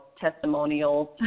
testimonials